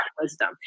wisdom